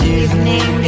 evening